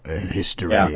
history